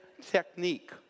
technique